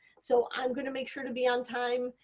so i'm going to make sure to be on time.